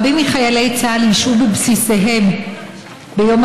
רבים מחיילי צה"ל ישהו בבסיסיהם ביום